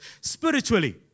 Spiritually